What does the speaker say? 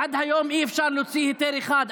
עד היום אי-אפשר להוציא היתר אחד.